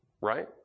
Right